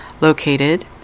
located